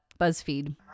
buzzfeed